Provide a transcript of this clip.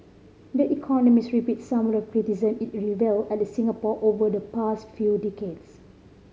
the Economist repeats some of the criticism it levelled at Singapore over the past few decades